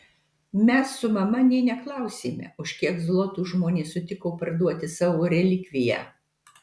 mes su mama nė neklausėme už kiek zlotų žmonės sutiko parduoti savo relikviją